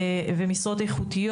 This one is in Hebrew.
ומשרות איכותיות.